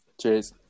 Cheers